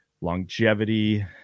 longevity